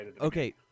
okay